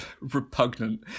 repugnant